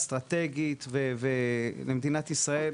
אסטרטגית למדינת ישראל,